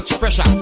Pressure